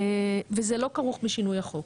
וזה לא כרוך בשינוי החוק.